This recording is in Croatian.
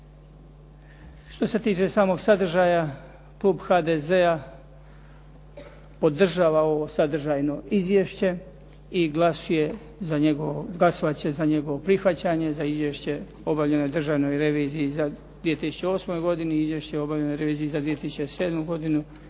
Što se tiče samog sadržaja, klub HDZ-a podržava ovo sadržajno izvješće i glasovati će za njegovo prihvaćanje za Izvješće o obavljenoj državnoj reviziji za 2008. godinu i Izvješće o obavljenoj reviziji za 2007. godinu